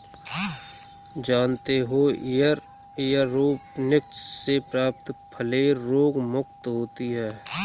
जानते हो एयरोपोनिक्स से प्राप्त फलें रोगमुक्त होती हैं